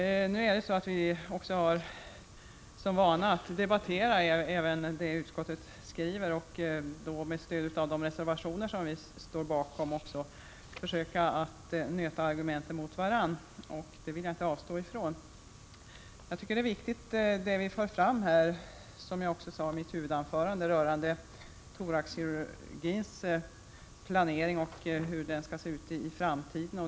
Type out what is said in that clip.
Nu är det så att vi också är vana att debattera det utskottet skrivit och med stöd av de reservationer som vi står bakom försöka att nöta argumenten mot varandra. Det vill jag inte avstå ifrån. Jag tycker det är viktigt att föra fram, som jag gjorde i mitt huvudanförande, frågan om thoraxkirurgins framtid och hur den skall se ut.